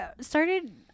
started